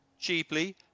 cheaply